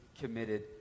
committed